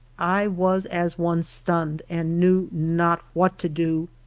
i was as one stunned, and knew not what to do.